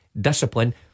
Discipline